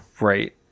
Right